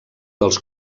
dels